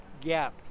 gap